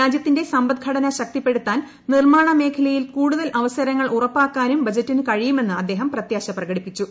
രാജ്യത്തിന്റെ സമ്പദ്ഘടന ശക്തിപ്പെടുത്താൻ നിർമ്മാണ മേഖലയിൽ കൂടുതൽ അവസരങ്ങൾ ഉറപ്പാക്കാനും ബജറ്റിന് കഴിയുമെന്ന് അദ്ദേഹം പ്രത്യാശ പ്രകടിപ്പിച്ചു